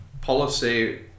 policy